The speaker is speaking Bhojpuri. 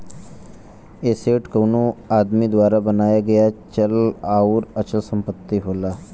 एसेट कउनो आदमी द्वारा बनाया गया चल आउर अचल संपत्ति होला